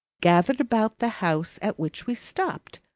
gathered about the house at which we stopped,